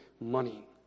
money